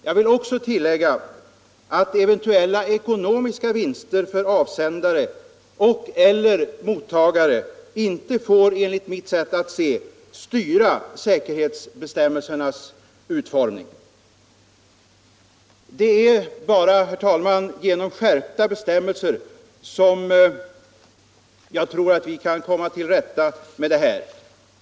Jag vill också tillägga att eventuella ekonomiska vinster för avsändare och/eller för mottagare inte enligt mitt sätt att se får styra säkerhetsbestämmelsernas utformning. Det är bara, herr talman, genom skärpta bestämmelser som jag tror att vi kan komma till rätta med det här.